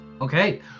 Okay